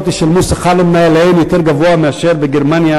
ישלמו למנהליהן שכר יותר גבוה מאשר בגרמניה,